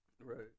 Right